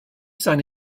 seine